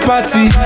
Party